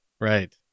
Right